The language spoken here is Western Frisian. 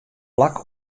plak